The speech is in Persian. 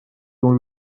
اون